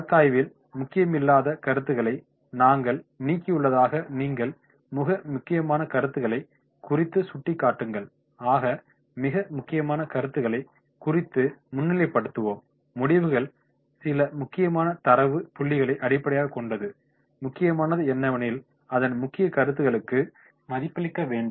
வழக்காய்வில் முக்கியமில்லாத கருத்துகளை நாங்கள் நீக்கியுள்ளதால் நீங்கள் மிக முக்கியமான கருத்துகளை குறித்து சுட்டிக்காட்டுங்கள் ஆக மிக முக்கியமான கருத்துகளை குறித்து முன்னிலைப்படுத்துவோம் முடிவுகள் சில முக்கியமான தரவு புள்ளிகளை அடிப்படையாகக் கொண்டது முக்கியமானது என்னவெனில் அதன் முக்கிய கருத்துகளுக்கு மதிப்பளிக்க வேண்டும்